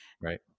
Right